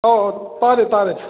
ꯑꯧ ꯑꯧ ꯇꯥꯔꯦ ꯇꯥꯔꯦ